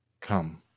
come